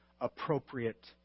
appropriate